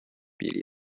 比例